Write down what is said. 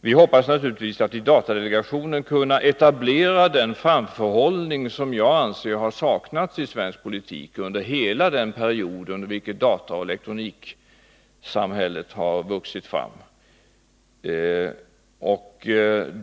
Vi hoppas naturligtvis att i datadelegationen kunna etablera den framförhållning som jag anser har saknats i svensk politik under hela den period under vilken dataoch elektroniktekniken har vuxit fram.